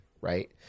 Right